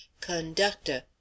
Conductor